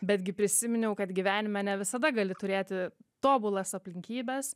betgi prisiminiau kad gyvenime ne visada gali turėti tobulas aplinkybes